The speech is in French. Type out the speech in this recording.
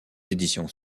éditions